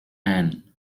ann